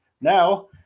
now